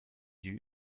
due